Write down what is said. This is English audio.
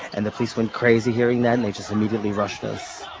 and the police went crazy hearing that and they just immediately rushed us.